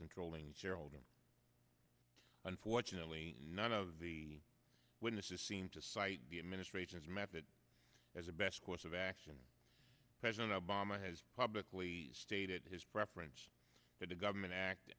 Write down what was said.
controlling shareholder unfortunately none of the witnesses seem to cite the administration's method as a best course of action president obama has publicly stated his preference for the government acting